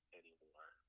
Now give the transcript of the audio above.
anymore